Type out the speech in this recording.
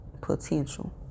potential